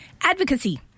Advocacy